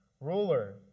ruler